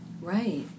Right